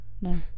No